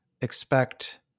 expect